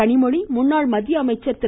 கனிமொழி முன்னாள் மத்திய அமைச்சர் திரு